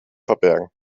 verbergen